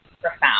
profound